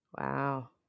Wow